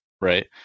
right